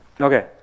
Okay